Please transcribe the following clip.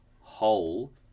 whole